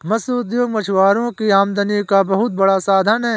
मत्स्य उद्योग मछुआरों की आमदनी का बहुत बड़ा साधन है